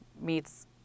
meets